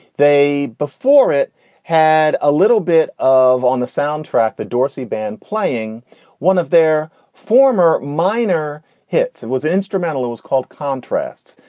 they before it had a little bit of on the soundtrack. the dorsey band playing one of their former minor hits. it was instrumental. it was called contrasts.